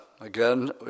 Again